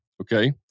Okay